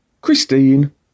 Christine